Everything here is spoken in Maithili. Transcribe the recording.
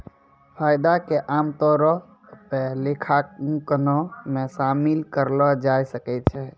फायदा के आमतौरो पे लेखांकनो मे शामिल करलो जाय सकै छै